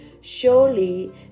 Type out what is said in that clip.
surely